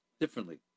differently